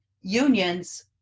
unions